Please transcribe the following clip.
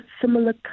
similar